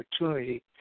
opportunity